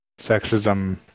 sexism